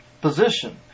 position